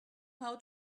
how